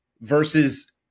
Versus